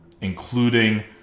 including